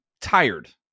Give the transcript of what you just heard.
tired